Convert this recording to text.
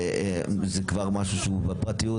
זה כבר משהו שהוא בפרטיות,